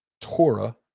Torah